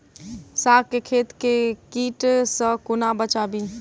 साग केँ खेत केँ कीट सऽ कोना बचाबी?